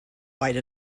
wide